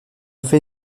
fait